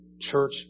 church